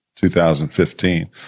2015